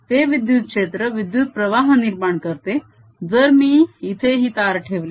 ते विद्युत क्षेत्र विद्युत प्रवाह निर्माण करते जर मी इथे ही तार ठेवली